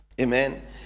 Amen